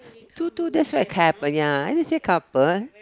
two two that's where it happen ya I did say couple